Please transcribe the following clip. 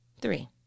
Three